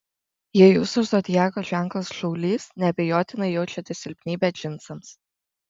jei jūsų zodiako ženklas šaulys neabejotinai jaučiate silpnybę džinsams